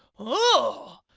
oh,